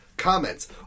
Comments